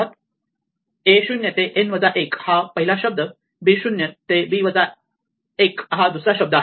तर a 0 ते a n वजा 1 हा पहिला शब्द b 0 ते b n वजा 1 हा दुसरा शब्द आहे